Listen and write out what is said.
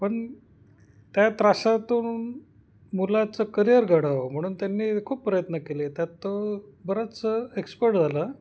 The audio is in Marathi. पण त्या त्रासातून मुलाचं करियर घडावं म्हणून त्यांनी खूप प्रयत्न केले त्यात तो बराच एक्सपर्ट झाला